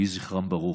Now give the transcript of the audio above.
יהי זכרם ברוך.